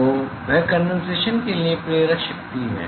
तो वह कंडेनसेशन के लिए प्रेरक शक्ति है